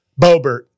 bobert